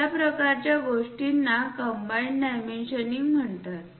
अशा प्रकारच्या गोष्टींना कंबाइनड डायमेन्शनिंग म्हणतात